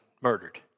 murdered